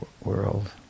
world